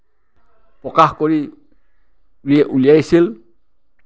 প্ৰকাশ কৰি উলিয়াই উলিয়াইছিল